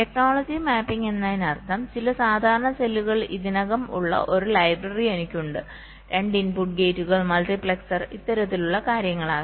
technology mapping എന്നതിനർത്ഥം ചില സാധാരണ സെല്ലുകൾ ഇതിനകം ഉള്ള ഒരു ലൈബ്രറി എനിക്കുണ്ട് രണ്ട് ഇൻപുട്ട് ഗേറ്റുകൾ മൾട്ടിപ്ലെക്സറുകൾ ഇത്തരത്തിലുള്ള കാര്യങ്ങൾ ആകാം